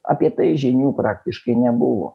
apie tai žinių praktiškai nebuvo